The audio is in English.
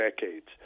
decades